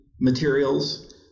materials